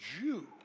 Jew